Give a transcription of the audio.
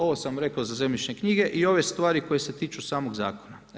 Ovo sam vam rekao za zemljišne knjige i ove stvari koje se tiču samog zakona.